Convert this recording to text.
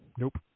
Nope